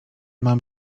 mam